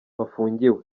bafungiwe